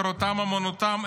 תורתם אומנותם,